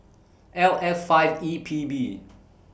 L F five E P B